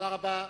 תודה רבה.